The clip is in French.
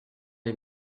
les